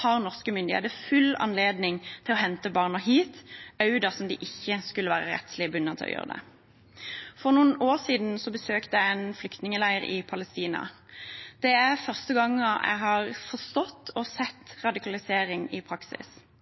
har norske myndigheter full anledning til å hente barna hit, også dersom de ikke skulle være rettslig bundet til å gjøre det. For noen år siden besøkte jeg en flyktningleir i Palestina. Det er første gangen jeg har forstått – og sett – radikalisering i praksis.